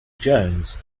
jones